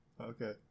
Okay